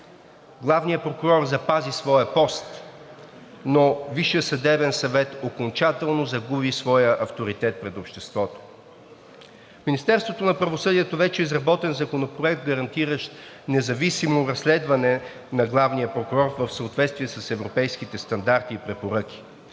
Главният прокурор запази своя пост, но Висшият съдебен съвет окончателно загуби своя авторитет пред обществото. В Министерството на правосъдието вече е изработен законопроект, гарантиращ независимо разследване на главния прокурор в съответствие с европейските стандарти и препоръки.